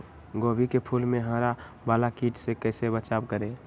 गोभी के फूल मे हरा वाला कीट से कैसे बचाब करें?